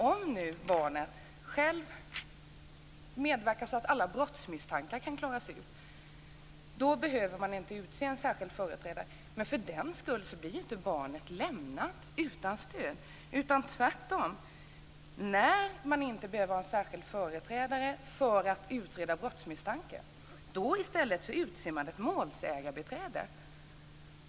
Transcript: Om nu barnet medverkar så att alla brottsmisstankar kan klaras ut, då behöver man inte utse en särskild företrädare. Men för den skull blir inte barnet lämnat utan stöd, tvärtom. När man inte behöver ha en särskild företrädare för att utreda brottsmisstanke utser man i stället ett målsägarbiträde.